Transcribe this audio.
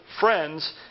friends